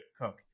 cook